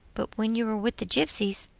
but when you were with the gipsies,